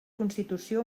constitució